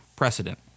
Precedent